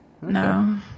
No